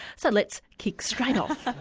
so let's kick straight off.